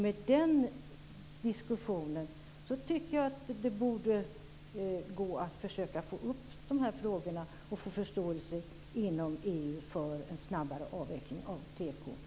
Med den diskussionen tycker jag att det borde gå att försöka få upp frågorna och få förståelse inom EU för en snabbare avveckling av tekohindren.